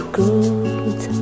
good